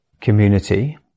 Community